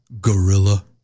gorilla